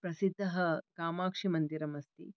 प्रसिद्धः कामाक्षीमन्दिरम् अस्ति